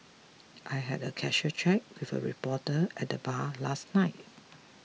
I had a casual chat with a reporter at the bar last night